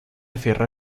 cierra